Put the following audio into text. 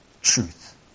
truth